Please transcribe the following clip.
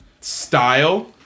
style